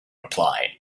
reply